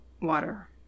water